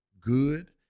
Good